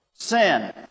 Sin